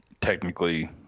technically